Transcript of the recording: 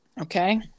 okay